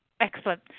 Excellent